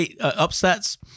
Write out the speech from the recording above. upsets